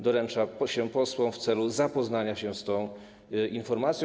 Doręcza się ją posłom w celu zapoznania się z tą informacją.